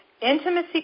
intimacy